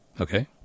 Okay